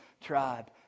tribe